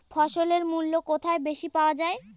ফসলের মূল্য কোথায় বেশি পাওয়া যায়?